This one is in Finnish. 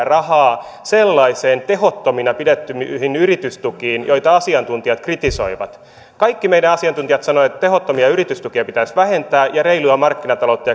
rahaa sellaisiin tehottomina pidettyihin yritystukiin joita asiantuntijat kritisoivat kaikki meidän asiantuntijat sanovat että tehottomia yritystukia pitäisi vähentää ja reilua markkinataloutta